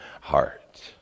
heart